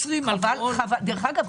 דרך אגב,